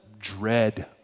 dread